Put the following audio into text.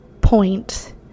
point